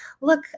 Look